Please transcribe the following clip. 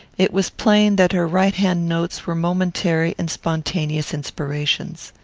it was plain that her right-hand notes were momentary and spontaneous inspirations.